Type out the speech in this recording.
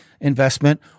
investment